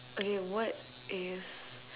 okay what is